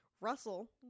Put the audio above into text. Russell